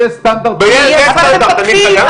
יהיה סטנדרט, אני חייב?